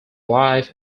life